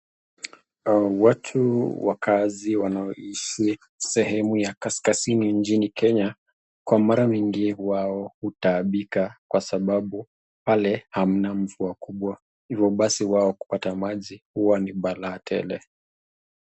Watu wakaazi wanaoishi sehemu ya kaskazini nchini kenya, kwa mara mingi wao hutaabika kwa sababu pale hamna mvua kubwa.,hivyo basi wao kupata maji huwa ni balaa tele.